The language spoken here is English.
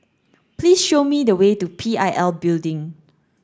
please show me the way to P I L Building